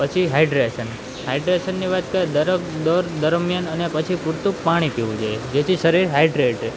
પછી હાઇડ્રેશન હાઇડ્રેશનની વાત કરે દોડ દર દરમ્યાન અને પછી પૂરતું પાણી પીવું જોઈએ જેથી શરીર હાઇડ્રેટ રહે